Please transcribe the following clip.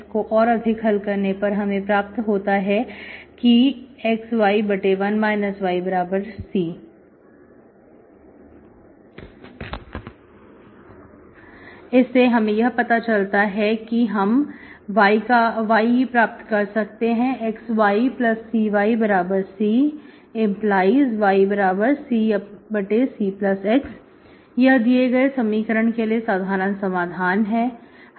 इसको और अधिक हल करने पर हमें प्राप्त होता है कि xy1 yC इससे हमें यह पता चलता है कि हम y प्राप्त कर सकते हैं xyCy C⟹yCCx यह दिए गए समीकरण के लिए साधारण समाधान है